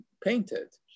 painted